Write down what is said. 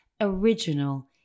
original